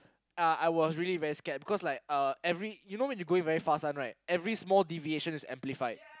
uh I was really very scared because like uh every you know when you going very fast [one] right every small deviation is amplified